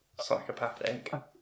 psychopathic